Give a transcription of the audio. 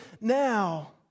now